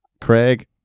Craig